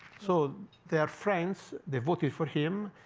so they are friends. they voted for him.